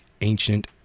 ancient